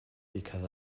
because